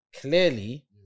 clearly